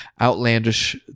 outlandish